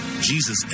Jesus